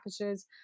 packages